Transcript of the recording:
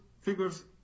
figures